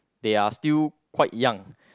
they are still quite young